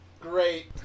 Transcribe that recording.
Great